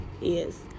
Yes